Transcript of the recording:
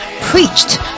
preached